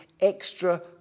extra